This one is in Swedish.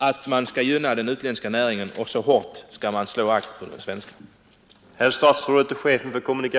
Man skall inte bara gynna den utländska näringen utan också slå vakt om den svenska.